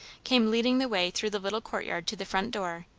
came leading the way through the little courtyard to the front door,